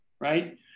right